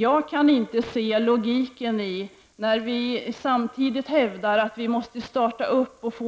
Jag kan inte se logiken i att hävda att vi måste starta